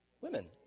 women